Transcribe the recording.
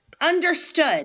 Understood